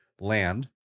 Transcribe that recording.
Land